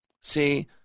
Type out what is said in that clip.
See